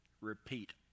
Repeat